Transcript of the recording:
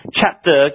chapter